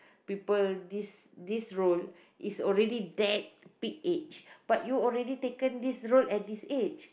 people this this role is already that big age but you already taken this role at this age